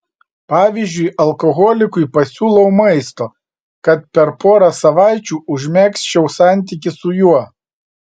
pavyzdžiui alkoholikui pasiūlau maisto kad per porą savaičių užmegzčiau santykį su juo